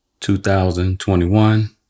2021